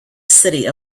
city